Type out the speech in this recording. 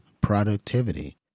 productivity